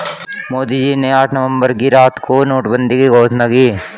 मोदी जी ने आठ नवंबर की रात को नोटबंदी की घोषणा की